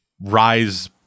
rise